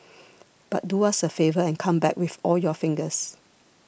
but do us a favour and come back with all your fingers